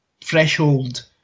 threshold